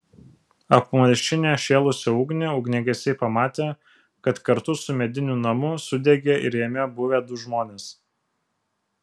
apmalšinę šėlusią ugnį ugniagesiai pamatė kad kartu su mediniu namu sudegė ir jame buvę du žmonės